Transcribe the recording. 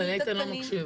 אבל איתן לא מקשיב.